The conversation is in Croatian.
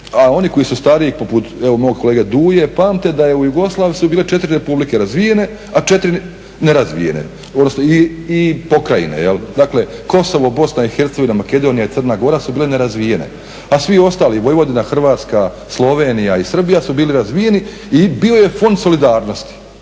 a oni koji su stariji poput evo mog kolege Duje pamte da u Jugoslaviji su bile 4 republike razvijene a 4 nerazvijene, odnosno i pokrajine. Dakle, Kosovo, Bosna i Hercegovina, Makedonija i Crna Gora su bile nerazvijene, a svi ostali Vojvodina, Hrvatska, Slovenija i Srbija su bili razvijeni i bio je fond solidarnosti.